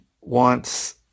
wants